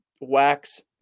wax